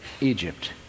Egypt